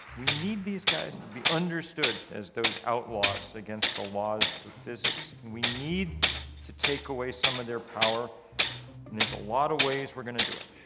we need these guys to be understood as those outlaws against the laws of physics. we need to take away some of their power and there's a lot of ways we're going to do it.